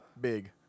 big